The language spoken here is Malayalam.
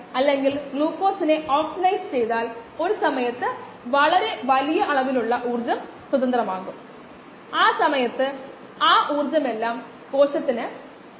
വാസ്തവത്തിൽ ഞാൻ ചില സന്ദർഭങ്ങളിൽ 450 പോലും ഉപയോഗിച്ചു അതിനാൽ ഇതും മികച്ചതാണ് കാരണം നമ്മൾ സ്കാറ്റർ ചെയുന്ന പ്രകാശത്തിന്റെ വ്യാപ്തി അളക്കുന്നു